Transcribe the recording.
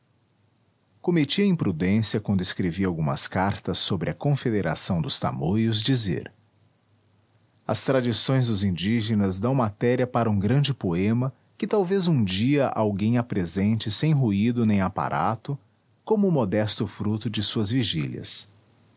a imprudência quando escrevia algumas cartas sobre a confederação dos tamoios dizer as tradições dos indígenas dão matéria para um grande poema que talvez um dia alguém apresente sem ruído nem aparato como modesto fruto de suas vigílias